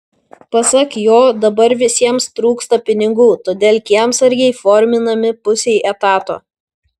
pasak jo dabar visiems trūksta pinigų todėl kiemsargiai forminami pusei etato